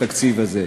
בתקציב הזה.